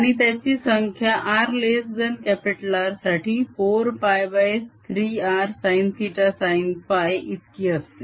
आणि त्याची संख्या rR साठी 4π3r sinθ sinφ इतकी असते